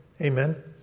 Amen